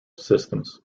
systems